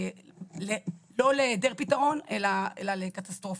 מתכון לא להיעדר פתרון אלא לקטסטרופה.